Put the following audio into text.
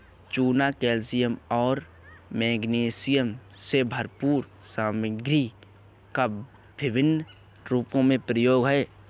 चूना कैल्शियम और मैग्नीशियम से भरपूर सामग्री का विभिन्न रूपों में उपयोग है